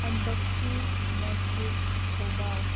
ꯑꯟꯕꯛꯁꯤ ꯃꯁꯖꯤꯠ ꯊꯧꯕꯥꯜ